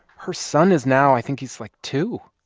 her son is now i think he's, like, two.